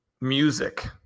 music